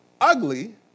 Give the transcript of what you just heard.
ugly